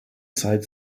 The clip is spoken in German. zeit